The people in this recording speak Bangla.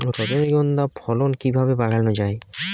রজনীগন্ধা ফলন কিভাবে বাড়ানো যায়?